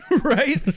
Right